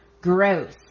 Gross